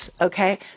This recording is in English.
okay